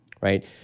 right